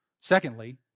Secondly